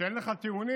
כשאין לך טיעונים,